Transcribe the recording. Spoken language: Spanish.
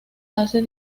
hace